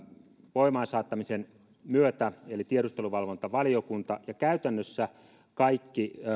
voimaan saattamisen myötä eli tiedusteluvalvontavaliokunta ja käytännössä kaikki